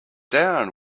down